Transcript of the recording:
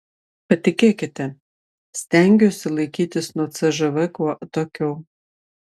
patikėkite stengiuosi laikytis nuo cžv kuo atokiau